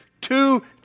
two